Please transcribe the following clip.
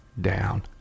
down